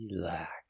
Relax